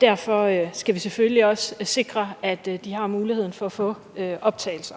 derfor skal vi selvfølgelig også sikre, at de har muligheden for at få optagelser.